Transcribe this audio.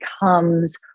becomes